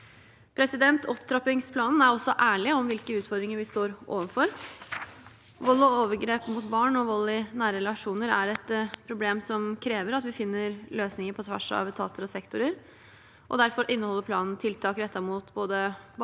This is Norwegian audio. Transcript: tiltak. Opptrappingsplanen er også ærlig om hvilke utfordringer vi står overfor. Vold og overgrep mot barn og vold i nære relasjoner er et problem som krever at vi finner løsninger på tvers av etater og sektorer. Derfor inneholder planen tiltak rettet mot både familie-